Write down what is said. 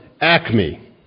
Acme